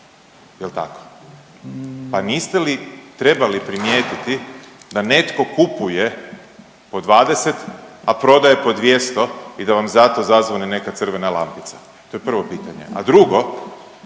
Jel' tako? Pa niste li trebali primijetiti da netko kupuje po 20, a prodaje po 200 i da vam za to zazvone neka crvena lampica? To je prvo pitanje. A drugo